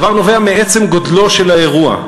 הדבר נובע מעצם גודלו של האירוע.